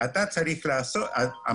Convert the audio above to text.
מדוע צריך קנס של פקח ממשלתי לעבור לחברה